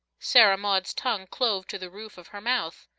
sarah maud's tongue clove to the roof of her mouth.